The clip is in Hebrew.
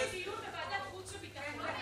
אנחנו רוצים דיון בוועדת החוץ והביטחון.